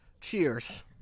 Cheers